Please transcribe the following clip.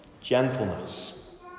gentleness